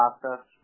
process